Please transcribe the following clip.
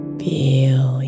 feel